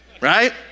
Right